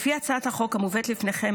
לפי הצעת החוק המובאת בפניכם,